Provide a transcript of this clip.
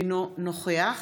אינו נוכח